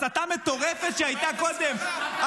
הסתה מטורפת שהייתה קודם.